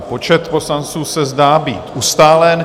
Počet poslanců se zdá být ustálen.